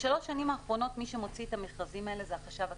בשלוש השנים האחרונות מי שמוציא את המכרזים האלה זה החשב הכללי,